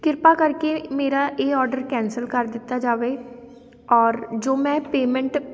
ਕਿਰਪਾ ਕਰਕੇ ਮੇਰਾ ਇਹ ਔਡਰ ਕੈਂਸਲ ਕਰ ਦਿੱਤਾ ਜਾਵੇ ਔਰ ਜੋ ਮੈਂ ਪੇਮੈਂਟ